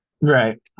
Right